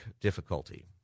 difficulty